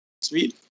sweet